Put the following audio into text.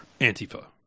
Antifa